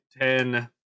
ten